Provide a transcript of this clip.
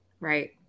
Right